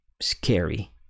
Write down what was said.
scary